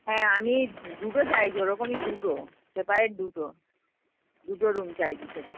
হ্যাঁ আমি দুটো চাইছি ওরকমই দুটো সেপারেট দুটো দুটো রুম চাইছি সেপা